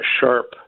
sharp